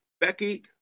Becky